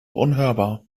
unhörbar